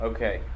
Okay